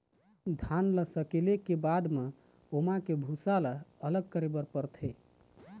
धान ल सकेले के बाद म ओमा के भूसा ल अलग करे बर परथे